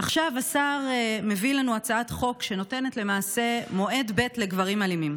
עכשיו השר מביא לנו הצעת חוק שנותנת למעשה מועד ב' לגברים אלימים.